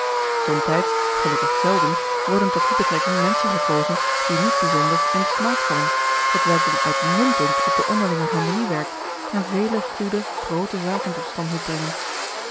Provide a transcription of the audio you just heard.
somtijds gelukkig zelden worden tot die betrekking menschen gekozen die niet bijzonder in den smaak vallen hetwelk dan uitmuntend op de onderlinge harmonie werkt en vele goede groote zaken tot stand moet brengen